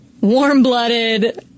warm-blooded